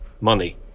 money